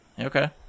Okay